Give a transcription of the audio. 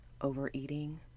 overeating